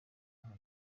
aho